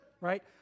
right